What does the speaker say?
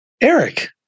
Eric